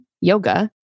yoga